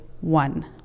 one